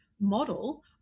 model